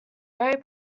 very